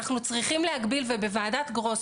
אנחנו צריכים להגביל בוועדת גרוס,